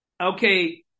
Okay